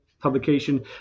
publication